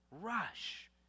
rush